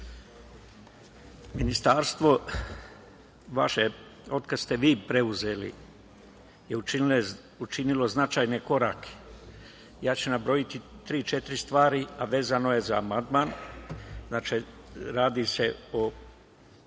ministarstvo vaše od kada ste vi preuzeli je učinilo značajne korake. Nabrojaću tri, četiri stvari, a vezano je za amandman. Inače, radi se o